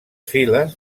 files